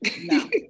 No